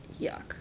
Yuck